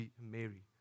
Mary